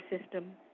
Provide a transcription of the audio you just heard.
system